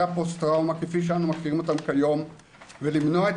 פוסט הטראומה כפי שאנחנו מכירים אותם כיום ולמנוע את